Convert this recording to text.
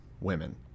women